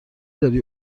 داری